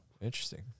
interesting